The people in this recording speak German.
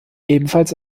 ebenfalls